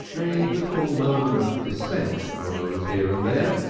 a little murmur of dissent rose here and there,